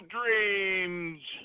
Dreams